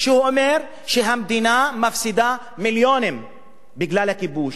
שאומר שהמדינה מפסידה מיליונים בגלל הכיבוש,